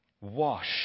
Wash